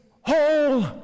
whole